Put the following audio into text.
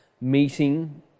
meeting